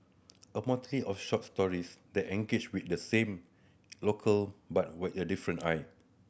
a motley of short stories that engages with the same locale but with the different eye